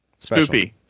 spoopy